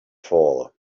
fall